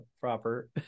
proper